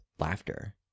laughter